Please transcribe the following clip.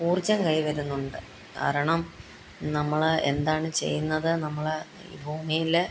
ഊർജ്ജം കൈവരുന്നുണ്ട് കാരണം നമ്മൾ എന്താണ് ചെയ്യുന്നത് നമ്മൾ ഈ ഭൂമിയിൽ